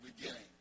beginning